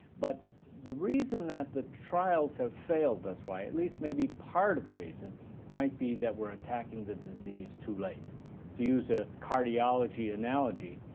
but the reason that the trials have failed thus far, at least maybe part of the reason might be that we're attacking the disease too late. to use a cardiology analogy,